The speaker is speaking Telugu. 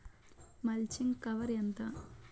మల్చింగ్ కవర్ ఎంత?